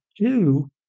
two